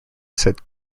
said